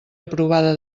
aprovada